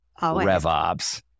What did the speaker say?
RevOps